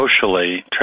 socially